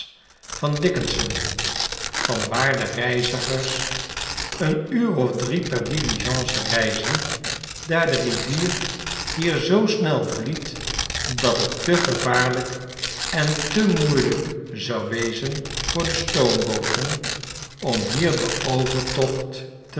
van dickenson van waar de reizigers een uur of drie per diligence reizen daar de rivier hier zoo snel vliet dat het te gevaarlijk en te moeielijk zou wezen voor de stoombooten om hier den overtocht hem